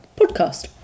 podcast